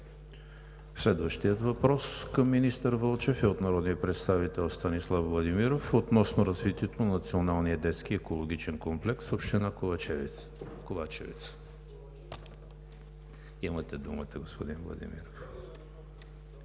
Следващият въпрос към министър Вълчев е от народния представител Станислав Владимиров относно развитието на Националния детски екологичен комплекс в община Ковачевци. Имате думата, господин Владимиров.